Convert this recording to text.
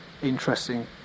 interesting